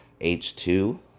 H2